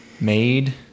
made